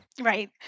right